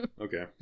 Okay